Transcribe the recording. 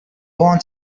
want